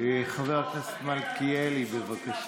חבר הכנסת מלכיאלי, בבקשה.